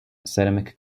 ceramic